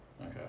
Okay